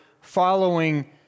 following